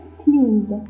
cleaned